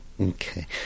Okay